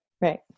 Right